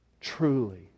Truly